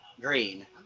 Green